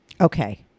Okay